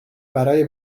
برای